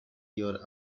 your